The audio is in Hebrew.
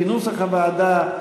כנוסח הוועדה,